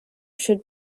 should